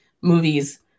Movies